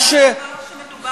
אבל דובר צה"ל אמר שמדובר,